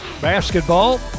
basketball